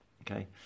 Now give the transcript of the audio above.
Okay